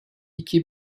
iki